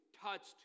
Touched